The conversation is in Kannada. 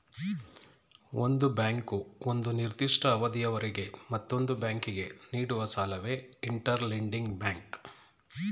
ಒಂದು ಬ್ಯಾಂಕು ಒಂದು ನಿರ್ದಿಷ್ಟ ಅವಧಿಯವರೆಗೆ ಮತ್ತೊಂದು ಬ್ಯಾಂಕಿಗೆ ನೀಡುವ ಸಾಲವೇ ಇಂಟರ್ ಲೆಂಡಿಂಗ್ ಬ್ಯಾಂಕ್